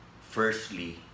firstly